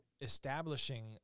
establishing